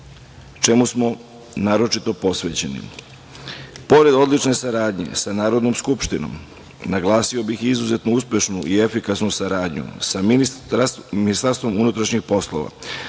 čemu smo naročito posvećeni. Pored odlične saradnje sa Narodnom skupštinom, naglasio bih izuzetno uspešnu i efikasnu saradnju sa Ministarstvom unutrašnjih poslova,